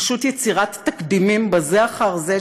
פשוט יצירת תקדימים בזה אחר זה,